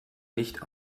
nicht